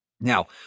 Now